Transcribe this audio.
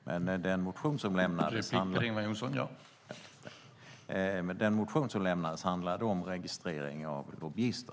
Herr talman! Men den motion som lämnades handlade om registrering av lobbyister.